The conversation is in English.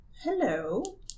Hello